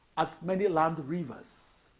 as many land rivers.